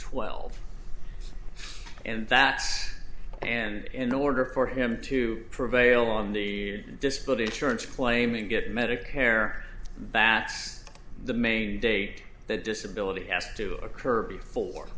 twelve and that's and in order for him to prevail on the disability insurance claim and get medicare bats the may date the disability ask to occur before